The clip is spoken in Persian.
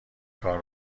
کار